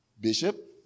Bishop